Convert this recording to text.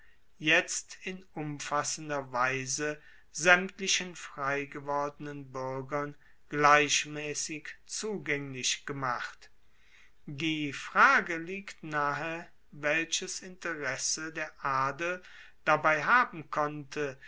jetzt in umfassender weise saemtlichen freigewordenen buergern gleichmaessig zugaenglich gemacht die frage liegt nahe welches interesse der adel dabei haben konnte